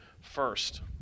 first